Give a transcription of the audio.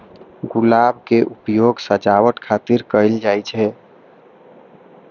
गुलाब के उपयोग सजावट खातिर कैल जाइ छै